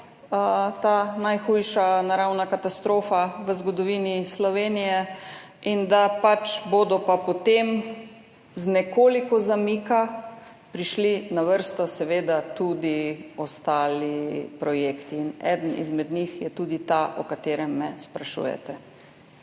ta najhujša naravna katastrofa v zgodovini Slovenije in da bodo pač potem z nekoliko zamika prišli na vrsto seveda tudi ostali projekti in eden izmed njih je tudi ta, o katerem me sprašujete.